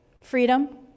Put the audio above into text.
Freedom